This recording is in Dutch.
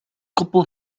koppel